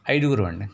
ఐదుగురము అండి